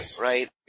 right